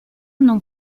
non